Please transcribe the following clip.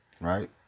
Right